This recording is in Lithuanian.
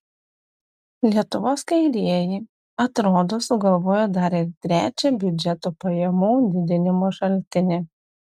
lietuvos kairieji atrodo sugalvojo dar ir trečią biudžeto pajamų didinimo šaltinį